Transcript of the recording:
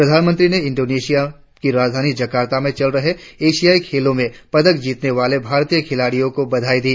प्रधानमंत्री ने इंडोनेशिया की राजधानी जकार्ता में चल रहे एशियाई खेलों में पदक जीतने वाले भारतीय खिलाड़ियों को बधाई दी